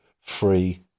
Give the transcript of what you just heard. free